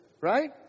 right